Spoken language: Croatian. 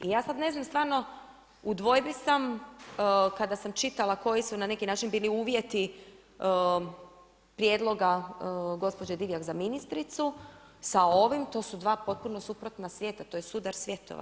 I ja sada ne znam stvarno u dvojbi sam kada sam čitala koji su na neki način bili uvjeti prijedloga gospođe Divjak za ministricu, sa ovim, to su dva potpuno suprotna svijeta, to je sudar svjetova.